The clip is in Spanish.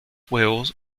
huevos